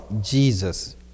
Jesus